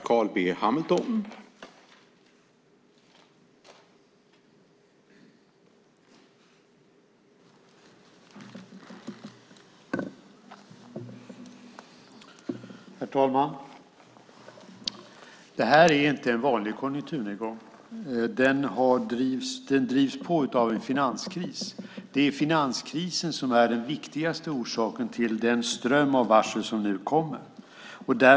Herr talman! Detta är inte en vanlig konjunkturnedgång. Den drivs på av en finanskris. Det är finanskrisen som är den viktigaste orsaken till den ström av varsel som nu kommer.